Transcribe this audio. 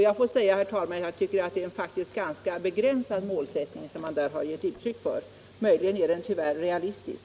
Jag får säga att det är en ganska begränsad målsättning som det där har givits uttryck för. Möjligen är den tyvärr realistisk.